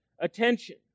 Attention